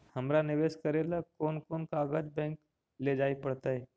हमरा निवेश करे ल कोन कोन कागज बैक लेजाइ पड़तै?